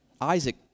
Isaac